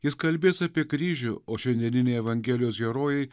jis kalbės apie kryžių o šiandieniniai evangelijos herojai